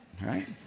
right